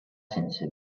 sense